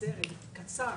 סרט קצר.